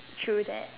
true that